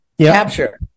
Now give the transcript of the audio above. capture